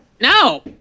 no